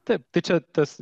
taip tai čia tas